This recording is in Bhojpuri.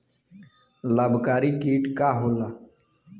लाभकारी कीट का होला?